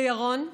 לירון בעלי,